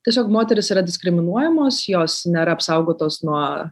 tiesiog moterys yra diskriminuojamos jos nėra apsaugotos nuo